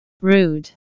Rude